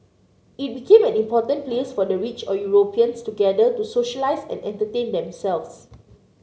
it became an important place for the rich or Europeans to gather to socialise and entertain themselves